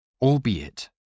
albeit